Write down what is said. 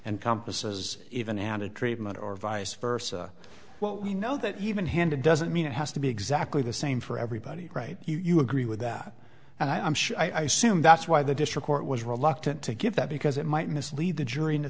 and compass is even handed treatment or vice versa well we know that even handed doesn't mean it has to be exactly the same for everybody right you agree with that and i'm sure i soon that's why the district court was reluctant to give that because it might mislead the jury into